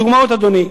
הדוגמה, אדוני,